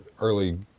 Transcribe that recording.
early